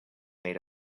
made